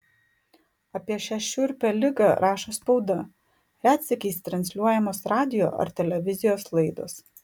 apie šią šiurpią ligą rašo spauda retsykiais transliuojamos radijo ar televizijos laidos